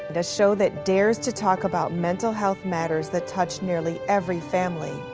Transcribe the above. the show that dares to talk about mental health matters that touch nearly every family.